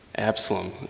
Absalom